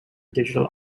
digital